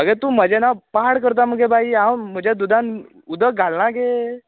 आगे तूं म्हजें नांव पाड करता मगे बाई हांव म्हजें दूदान उदक घालना गे